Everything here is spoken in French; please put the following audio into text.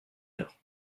heure